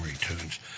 tunes